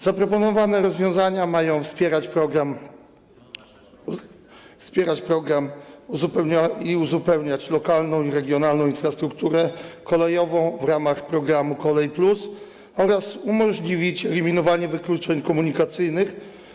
Zaproponowane rozwiązania mają wspierać program i uzupełniać lokalną i regionalną infrastrukturę kolejową w ramach programu „Kolej+” oraz umożliwić eliminowanie wykluczeń komunikacyjnych.